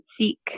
seek